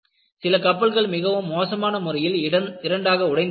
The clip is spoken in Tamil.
சில கப்பல்கள் மிகவும் மோசமான முறையில் இரண்டாக உடைந்து விட்டன